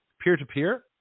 Peer-to-peer